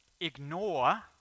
ignore